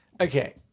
Okay